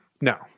No